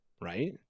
Right